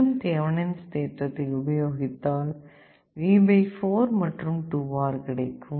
மீண்டும் தேவனின்ஸ் தேற்றத்தை உபயோகித்தால் V 4 மற்றும் 2R கிடைக்கும்